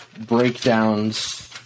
breakdowns